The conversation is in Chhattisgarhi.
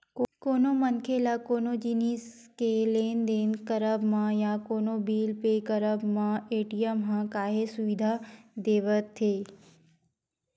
कोनो मनखे ल कोनो जिनिस के लेन देन करब म या कोनो बिल पे करब म पेटीएम ह काहेच सुबिधा देवथे